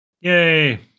Yay